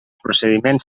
procediments